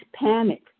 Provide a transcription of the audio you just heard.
panic